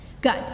Good